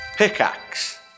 pickaxe